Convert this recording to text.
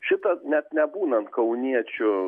šitą net nebūnant kauniečiu